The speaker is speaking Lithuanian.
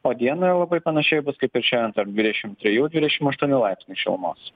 o dieną jau labai panašiai bus kaip ir šian tarp dvidešim trijų dvidešim aštuonių laipsnių šilumos